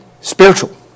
Spiritual